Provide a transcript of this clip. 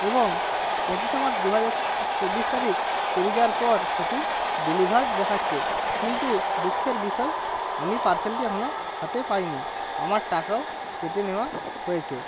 এবং পঁচিশে মার্চ দুহাজার চব্বিশ তারিখ পেরিয়ে যাওয়ার পর সেটি ডেলিভার্ড দেখাচ্ছে কিন্তু দুঃখের বিষয় আমি পার্সেলটি এখনো হাতে পাইনি আমার টাকাও কেটে নেওয়া হয়েছে